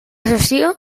sessió